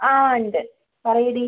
ആ ഉണ്ട് പറയെടീ